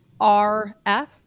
RF